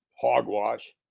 hogwash